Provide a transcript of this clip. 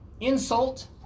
insult